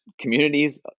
communities